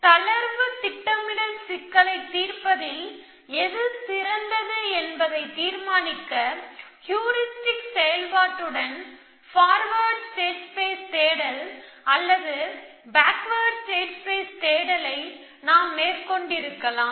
தளர்வு திட்டமிடல் சிக்கலைத் தீர்ப்பதில் எது சிறந்தது என்பதை தீர்மானிக்க ஹியூரிஸ்டிக் செயல்பாட்டுடன் ஃபார்வேர்டு ஸ்டேட் ஸ்பேஸ் தேடல் அல்லது ஃபாக்வேர்டு ஸ்டேட் ஸ்பேஸ் தேடலை நாம் கொண்டிருக்கலாம்